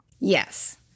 Yes